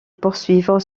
poursuivre